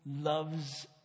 loves